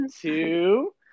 two